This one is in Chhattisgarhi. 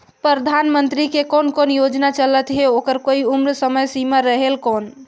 परधानमंतरी के कोन कोन योजना चलत हे ओकर कोई उम्र समय सीमा रेहेल कौन?